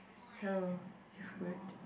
oh he's good